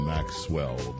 Maxwell